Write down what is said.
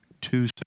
two